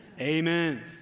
Amen